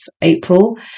April